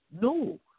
No